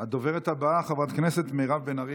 הדוברת הבאה, חברת הכנסת מירב בן ארי.